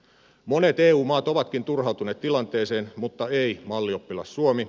monet eu maat ovatkin turhautuneet tilanteeseen mutta ei mallioppilas suomi